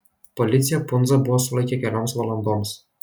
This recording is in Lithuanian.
policija pundzą buvo sulaikę kelioms valandoms